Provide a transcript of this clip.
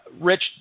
Rich